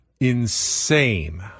insane